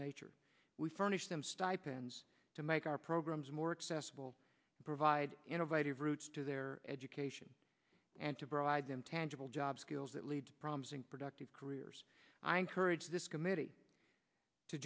nature we furnish them stipends to make our programs more accessible provide innovative routes to their education and to provide them tangible job skills that lead promising productive careers i encourage this committee to